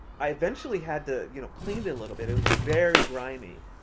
i eventually had to, you know, clean it a little bit. it was very grimy.